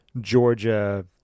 Georgia